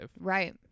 right